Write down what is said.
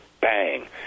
bang